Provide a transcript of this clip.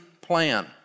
plan